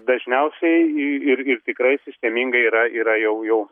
dažniausiai irgi ir tikrai sistemingai yra yra jau jau